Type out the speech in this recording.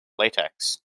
latex